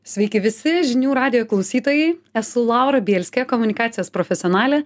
sveiki visi žinių radijo klausytojai esu laura bielskė komunikacijos profesionalė